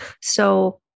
So-